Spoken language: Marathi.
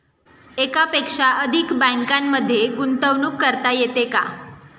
एकापेक्षा अधिक बँकांमध्ये गुंतवणूक करता येते का?